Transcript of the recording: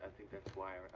think that's why